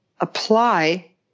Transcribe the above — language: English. apply